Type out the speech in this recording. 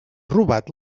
robat